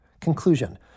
Conclusion